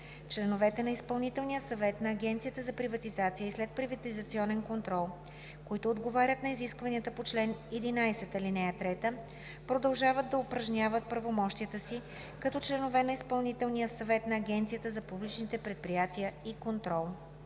Членовете на изпълнителния съвет на Агенцията за приватизация и следприватизационен контрол, които отговарят на изискванията по чл. 11, ал. 3, продължават да упражняват правомощията си като членове на изпълнителния съвет на Агенцията за публичните предприятия и контрол.“